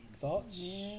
Thoughts